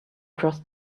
across